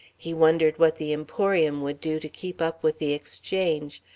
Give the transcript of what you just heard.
he wondered what the emporium would do to keep up with the exchange.